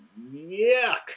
Yuck